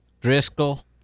Driscoll